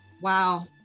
Wow